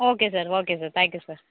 okay sir okay sir thank you sir